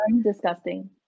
disgusting